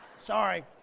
Sorry